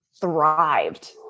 thrived